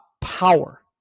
power